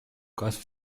kasv